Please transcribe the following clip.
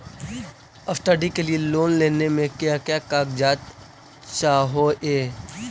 Study के लिये loan लेने मे का क्या कागजात चहोये?